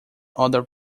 other